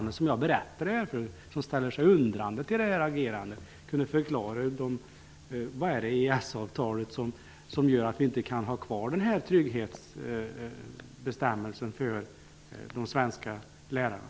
Det vore intressant om majoritetsföreträdaren kunde förklara vad i EES-avtalet som gör att vi inte kan ha kvar denna trygghetsgaranti för de svenska lärarna.